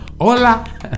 Hola